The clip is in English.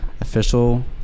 official